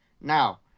Now